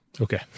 Okay